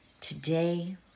Today